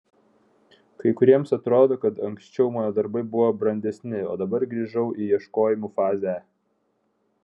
kai kuriems atrodo kad anksčiau mano darbai buvo brandesni o dabar grįžau į ieškojimų fazę